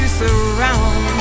surround